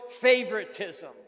favoritism